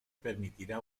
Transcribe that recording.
permitirá